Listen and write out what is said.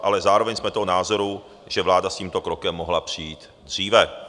Ale zároveň jsme toho názoru, že vláda s tímto krokem mohla přijít dříve.